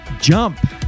jump